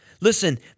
Listen